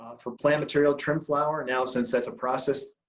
for plant material trim flower, now since sets of process,